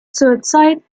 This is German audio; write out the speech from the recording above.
zurzeit